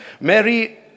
Mary